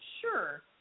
Sure